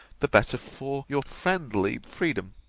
the better for your friendly freedom.